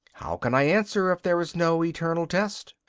how can i answer if there is no eternal test?